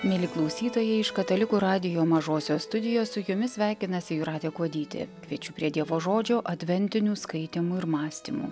mieli klausytojai iš katalikų radijo mažosios studijos su jumis sveikinasi jūratė kuodytė kviečiu prie dievo žodžio adventinių skaitymų ir mąstymų